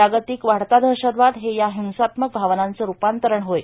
जागतिक वाढता दहशतवाद हे या हिंसात्मक आवनांचे रूपांतरण होय